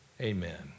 Amen